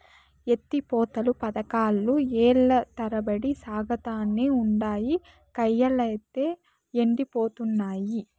ఎత్తి పోతల పదకాలు ఏల్ల తరబడి సాగతానే ఉండాయి, కయ్యలైతే యెండిపోతున్నయి